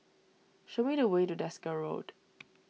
show me the way to Desker Road